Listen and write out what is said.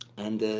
and